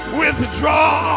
withdraw